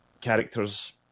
characters